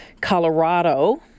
Colorado